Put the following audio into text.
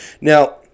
Now